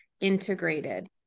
integrated